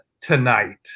tonight